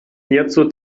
hierzu